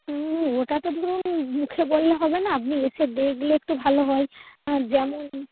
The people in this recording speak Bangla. ওটা তো ধরুন মুখে বললে হবে না আপনি এসে দেখলে একটু ভালো হয় যেমন